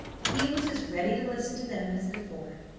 he was as ready to listen to them as before.